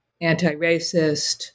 anti-racist